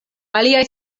aliaj